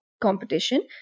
competition